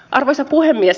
arvoisa puhemies